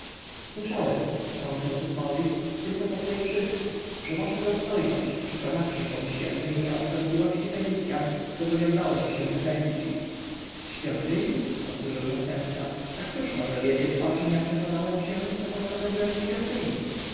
słyszałem ciągnął tutmozis tylko to co i wszyscy że wasza dostojność przekonawszy się w świątyni o szkodliwości fenicjan zobowiązałeś się wypędzić ich w świątyni powtórzył następca a któż może wiedzieć o czem ja przekonałem się i co postanowiłem w świątyni